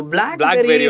Blackberry